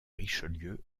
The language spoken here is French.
richelieu